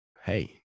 hey